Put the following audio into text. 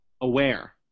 aware